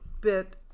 bit